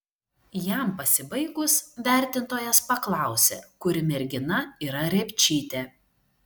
jam pasibaigus vertintojas paklausė kuri mergina yra repčytė